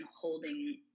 holding